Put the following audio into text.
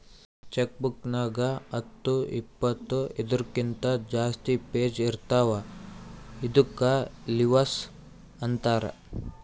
check book ನಾಗ್ ಹತ್ತು ಇಪ್ಪತ್ತು ಇದೂರ್ಕಿಂತ ಜಾಸ್ತಿ ಪೇಜ್ ಇರ್ತಾವ ಇದ್ದುಕ್ ಲಿವಸ್ ಅಂತಾರ್